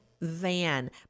van